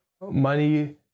money